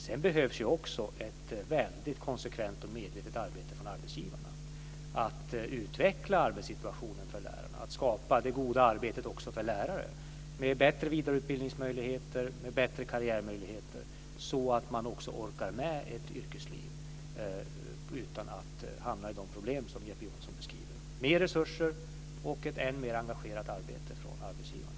Sedan behövs det också ett väldigt konsekvent och medvetet arbete från arbetsgivarna för att utveckla arbetssituationen för lärarna, för att skapa det goda arbetet också för lärare med bättre vidareutbildningsmöjligheter och bättre karriärmöjligheter så att man orkar med ett yrkesliv utan att hamna i de problem som Jeppe Johnsson beskriver. Det behövs mer resurser och ett än mer engagerat arbete från arbetsgivarna.